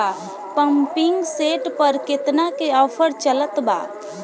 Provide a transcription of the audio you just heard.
Pumping set पर केतना के ऑफर चलत बा?